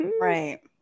Right